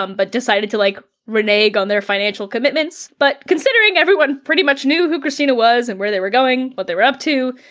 um but decided to like renege on their financial commitments, but considering everyone pretty much knew who kristina was and where they were going, what they were up to,